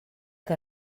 que